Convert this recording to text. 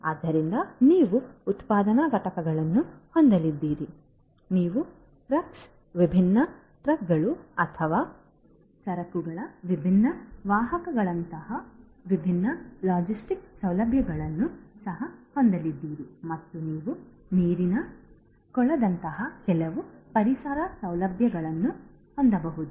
ಆದ್ದರಿಂದ ನೀವು ಉತ್ಪಾದನಾ ಘಟಕಗಳನ್ನು ಹೊಂದಲಿದ್ದೀರಿ ನೀವು ಟ್ರಕ್ಗಳು ವಿಭಿನ್ನ ಟ್ರಕ್ಗಳು ಅಥವಾ ಸರಕುಗಳ ವಿಭಿನ್ನ ವಾಹಕಗಳಂತಹ ವಿಭಿನ್ನ ಲಾಜಿಸ್ಟಿಕ್ ಸೌಲಭ್ಯಗಳನ್ನು ಸಹ ಹೊಂದಲಿದ್ದೀರಿ ಮತ್ತು ನೀವು ನೀರಿನ ಕೊಳದಂತಹ ಕೆಲವು ಪರಿಸರ ಸೌಲಭ್ಯಗಳನ್ನು ಹೊಂದಿರಬಹುದು